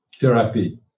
therapy